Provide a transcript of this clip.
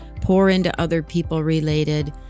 pour-into-other-people-related